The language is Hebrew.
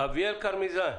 אביאל קרמזיאן,